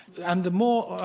and the more